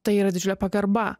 tai yra didžiulė pagarba